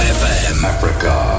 Africa